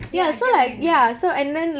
ya I get what you mean